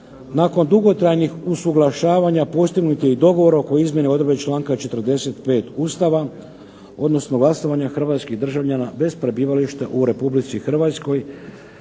Nakon dugotrajnih usuglašavanja postignutih dogovora oko izmjene odredbe članka 45. Ustava odnosno glasovanja hrvatskih državljana bez prebivališta u Republici Hrvatskoj,